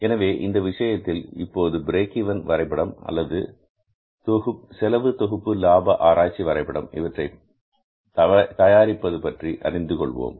எனவே இந்த விஷயத்தில் இப்போது பிரேக் ஈவன் வரைபடம் அல்லது செலவு தொகுப்பு லாப ஆராய்ச்சி வரைபடம் இவற்றை தயாரிப்பது பற்றி அறிந்து கொள்வோம்